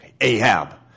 Ahab